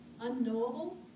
Unknowable